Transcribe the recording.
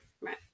Right